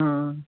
ம்